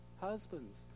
Husbands